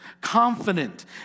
confident